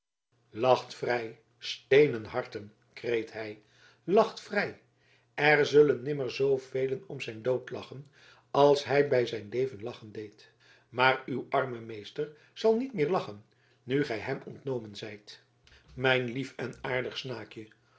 lacht vrij steenen harten kreet hij lacht vrij er zullen nimmer zoovelen om zijn dood lachen als hij bij zijn leven lachen deed maar uw arme meester zal niet meer lachen nu gij hem ontnomen zijt mijn lief en aardig snaakje